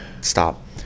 Stop